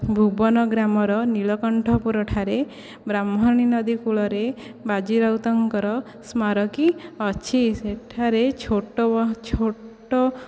ଭୁବନ ଗ୍ରାମର ନୀଳକଣ୍ଠପୁର ଠାରେ ବ୍ରାହ୍ମଣୀ ନଦୀ କୂଳରେ ବାଜିରାଉତଙ୍କର ସ୍ମାରକୀ ଅଛି ସେଠାରେ ଛୋଟ ଛୋଟ